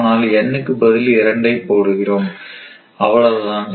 ஆனால் N க்கு பதில் இரண்டை போடுகிறோம் அவ்வளவுதான்